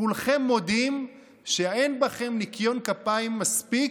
כולכם מודים שאין בכם ניקיון כפיים מספיק,